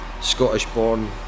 Scottish-born